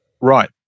Right